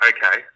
Okay